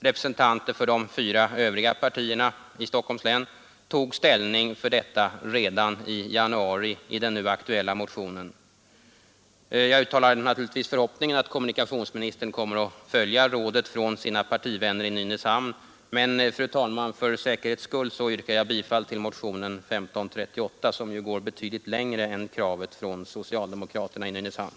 Representanter för de fyra övriga partierna i Stockholms län tog ställning för detta alternativ redan i januari i den nu aktuella motionen. Jag uttalar naturligtvis förhoppningen att kommunikationsministern kommer att följa rådet från sina partivänner i Nynäshamn. Men, fru talman, för säkerhets skull yrkar jag bifall till motionen 1538, som går betydligt längre än kravet från socialdemokraterna i Nynäshamn.